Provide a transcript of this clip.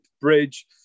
bridge